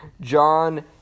John